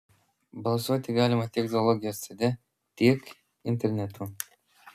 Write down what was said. balsuoti galima tiek zoologijos sode tiek internetu